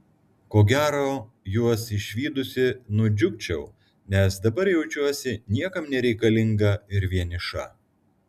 ko gero juos išvydusi nudžiugčiau nes dabar jaučiuosi niekam nereikalinga ir vieniša